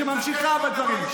שממשיכה בדברים.